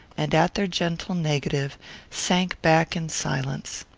and at their gentle negative sank back in silence.